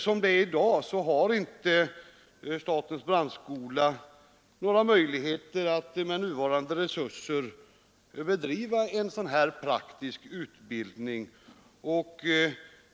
Som det är i dag har inte statens brandskola några resurser att bedriva en sådan praktisk utbildning.